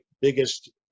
biggest